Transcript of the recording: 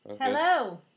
Hello